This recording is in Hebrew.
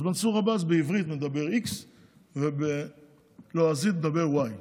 אז מנסור עבאס בעברית מדבר x ובלועזית מדבר y,